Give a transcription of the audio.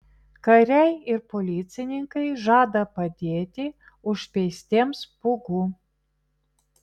kariai ir policininkai žada padėti užspeistiems pūgų